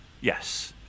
yes